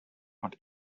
und